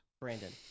Brandon